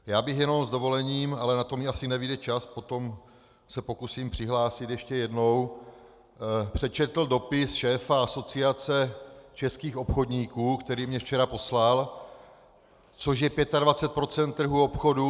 Já bych jenom s dovolením, ale na to mi asi nevyjde čas, potom se pokusím přihlásit ještě jednou, přečetl dopis šéfa Asociace českých obchodníků, který mi včera poslal, což je 25 % trhu obchodu.